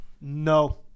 No